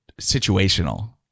situational